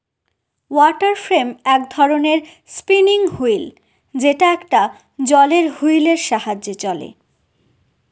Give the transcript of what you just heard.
water frame এক ধরনের spinning wheel যেটা একটা জলের হুইলের সাহায্যে চলে